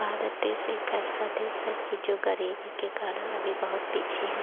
भारत देश एक ऐसा देश है कि जो ग़रीबी के कारण अभी बहुत पीछे हैं